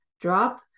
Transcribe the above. drop